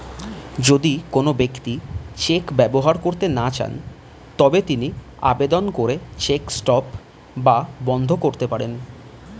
যদি কোন ব্যক্তি চেক ব্যবহার করতে না চান তবে তিনি আবেদন করে চেক স্টপ বা বন্ধ করতে পারেন